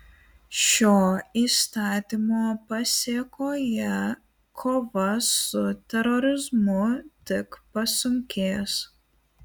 šio įstatymo pasėkoje kova su terorizmu tik pasunkės